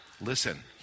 Listen